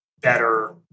better